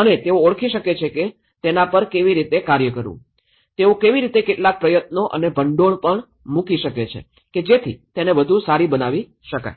અને તેઓ ઓળખી શકે છે કે તેના પર કેવી રીતે કાર્ય કરવું તેઓ કેવી રીતે કેટલાક પ્રયત્નો અને ભંડોળ પણ મૂકી શકે છે કે જેથી તેને વધુ સારી બનાવી શકાય